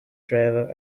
driver